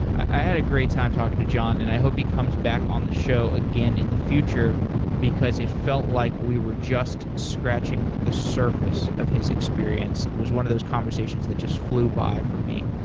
i had a great time talking to john and i hope he comes back on the show again in the future because it felt like we were just scratching the surface of his experience. it was one of those conversations that just flew by for me.